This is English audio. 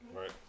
Right